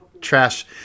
Trash